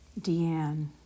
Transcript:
Deanne